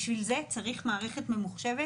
בשביל זה צריך מערכת ממוחשבת